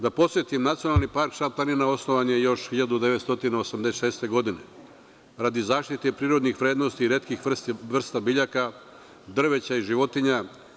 Da podsetim, „Nacionalni park Šar-planina“ osnovan je još 1986. godine, radi zaštite prirodnih vrednosti retkih vrsta biljaka, drveća i životinja.